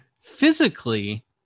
Physically